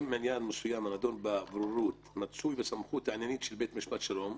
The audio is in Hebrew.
אם עניין מסוים הנדון בבוררות מצוי בסמכות העניינית של בתי משפט שלום,